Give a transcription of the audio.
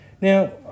Now